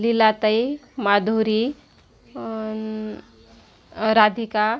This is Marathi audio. लीलाताई माधुरी राधिका